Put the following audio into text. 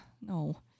no